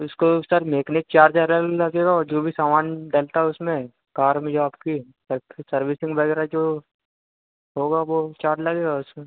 उसको सर मेकले चार्ज ज्यादा लगेगा और जो भी सामान डलता है उसमें कार में जो आपके लेक्ट्रिक सर्विसिंग वगैरह जो होगा वो चार्ज लगेगा उसका